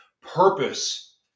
purpose